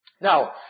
Now